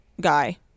guy